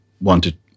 wanted